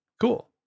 Cool